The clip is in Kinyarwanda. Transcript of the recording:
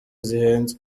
zihenze